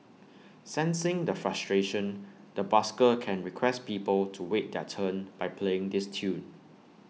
sensing the frustration the busker can request people to wait their turn by playing this tune